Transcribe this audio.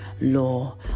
law